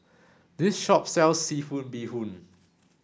this shop sells seafood bee hoon